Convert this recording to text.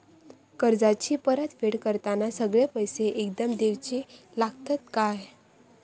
कर्जाची परत फेड करताना सगळे पैसे एकदम देवचे लागतत काय?